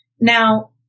Now